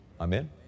amen